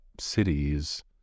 cities